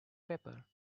pepper